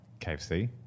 KFC